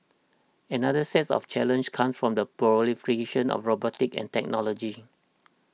another set of challenge comes from the proliferation of robotics and technology